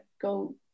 go